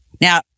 Now